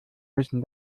müssen